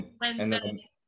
Wednesday